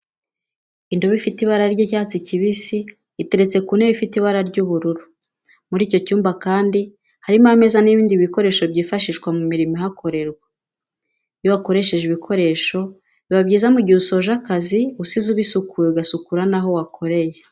Indobo ifite ibara ry'icyatsi kibisi iteretse ku ntebe ifite ibara ry'ubururu muri icyo cyumba kandi harimo ameza n'ibindi bikoresho byifashishwa mu mirimo ihakorerwa, iyo wakoresheje ibikoresho biba byiza mu gihe usoje akazi usize ubisukuye ugasukura naho wakoreye.